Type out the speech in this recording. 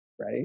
right